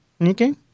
Okay